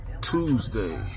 Tuesday